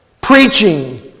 preaching